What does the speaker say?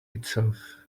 itself